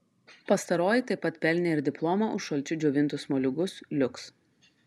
pastaroji taip pat pelnė ir diplomą už šalčiu džiovintus moliūgus liuks